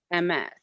MS